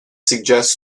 suggests